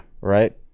right